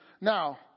Now